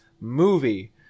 movie